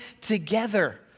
Together